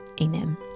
amen